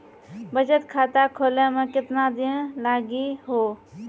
बचत खाता खोले मे केतना दिन लागि हो?